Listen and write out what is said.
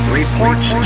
reports